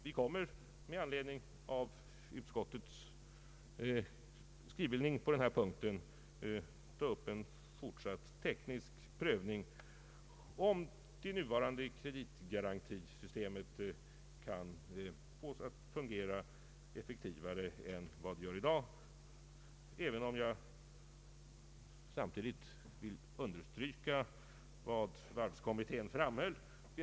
Vi kommer med anledning av utskottets skrivning på denna punkt att ta upp till fortsatt teknisk prövning frågan om man kan få det nuvarande kreditgarantisystemet att fungera effektivare än vad det gör i dag. Jag vill dock samtidigt understryka vad varvskommittén framhållit.